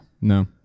no